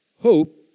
hope